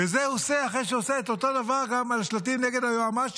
ואת זה הוא עושה אחרי שהוא עושה את אותו דבר גם על שלטים נגד היוע"משית.